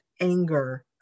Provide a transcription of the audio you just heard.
anger